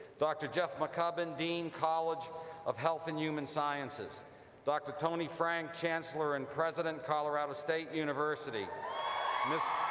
dr. jeff mccubbin, dean, college of health and human sciences dr. tony frank, chancellor and president, colorado state university mr.